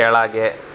ಕೆಳಗೆ